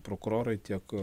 prokurorai tiek